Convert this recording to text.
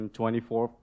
24